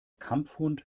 kampfhund